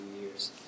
years